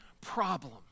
problem